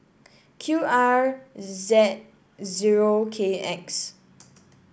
Q R Z zero K X